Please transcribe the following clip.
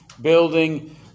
building